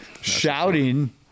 Shouting